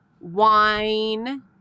wine